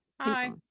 hi